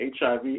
HIV